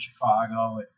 Chicago